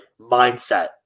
mindset